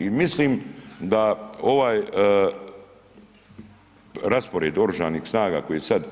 I mislim da ovaj raspored Oružanih snaga koji sad